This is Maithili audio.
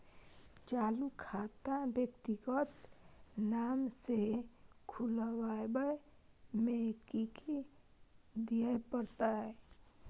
चालू खाता व्यक्तिगत नाम से खुलवाबै में कि की दिये परतै?